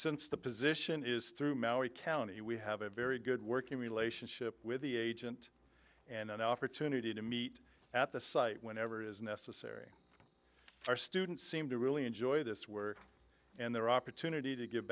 since the position is through maui county we have a very good working relationship with the agent and an opportunity to meet at the site whenever it is necessary our students seem to really enjoy this work and their opportunity to g